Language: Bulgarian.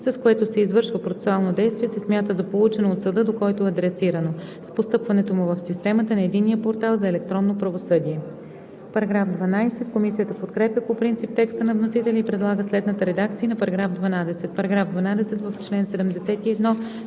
с което се извършва процесуално действие, се смята за получено от съда, до който е адресирано, с постъпването му в системата на единния портал за електронно правосъдие.“ Комисията подкрепя по принцип текста на вносителя и предлага следната редакция на § 12: „§ 12. В чл. 71